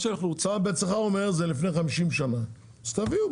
אתה בעצמך אומר שזה מלפני 50 שנה, אז תביאו.